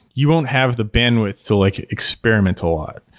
you won't have the bandwidth to like experiment a lot,